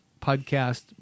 podcast